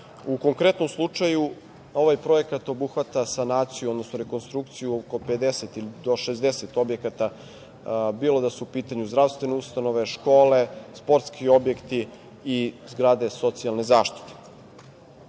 U konkretnom slučaju, ovaj projekat obuhvata sanaciju odnosno rekonstrukciju oko 50 do 60 objekata, bilo da su u pitanju zdravstvene ustanove, škole, sportski objekti i zgrade socijalne zaštite. Na